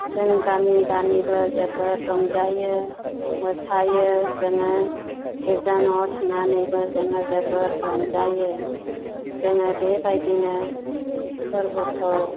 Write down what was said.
जों गामि गामिबो जोबोर रंजायो मोसायो जोङो गिर्जा न'आव थांनानैबो जोङो जोबोर रंजायो जोङो बेबादिनो फोरबोखौ